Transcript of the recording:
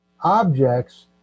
objects